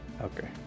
Okay